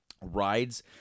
rides